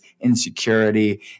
insecurity